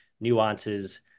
nuances